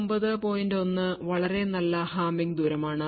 1 വളരെ നല്ല ഹാമിംഗ് ദൂരമാണ്